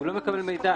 הוא לא מקבל מידע.